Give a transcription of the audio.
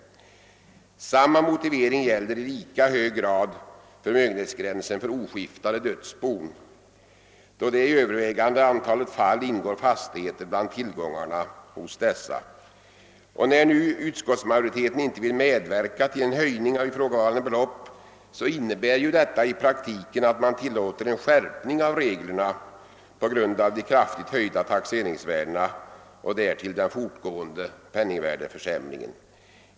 Samma motivering gäller i lika hög grad förmögenhetsgränsen för oskiftade dödsbon, då det i övervägande antal fall ingår fastigheter bland tillgångarna hos dessa. När nu utskottsmajoriteten inte vill medverka till en höjning av ifrågavarande belopp innebär detta i praktiken att man tillåter en skärpning av bestämmelserna på grund av de kraftigt höjda taxeringsvärdena och därtill den fortgående penningvärdeförsämringen.